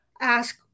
ask